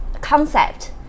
concept